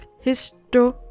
history